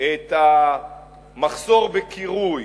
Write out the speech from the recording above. את המחסור בקירוי,